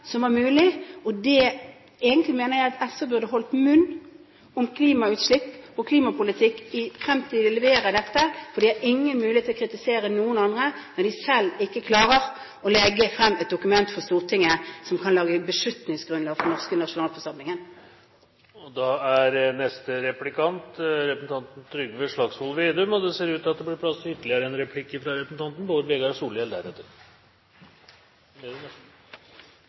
som var mulige. Egentlig mener jeg at SV burde ha holdt munn om klimautslipp og klimapolitikk frem til de leverer dette, for de har ingen mulighet til å kritisere noen andre når de selv ikke klarer å legge frem et dokument for Stortinget som et beslutningsgrunnlag for den norske nasjonalforsamlingen. Det var voldsomt til språkbruk fra en som ønsker å bli statsminister. Det forundrer meg at representanten Solberg, som er svoren EU-tilhenger og euroentusiast ikke bruker noe tid i det hele tatt på den grunnleggende krisen vi ser